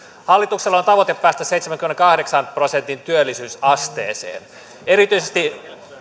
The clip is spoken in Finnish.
hallituksella on tavoite päästä seitsemänkymmenenkahdeksan prosentin työllisyysasteeseen erityisesti